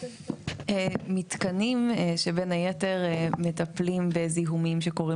מתקנים שבין היתר מטפלים בזיהומים שקורים